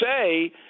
say